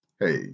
Hey